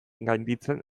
gainditzen